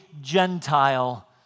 Gentile